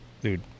dude